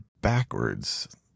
backwards